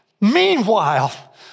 Meanwhile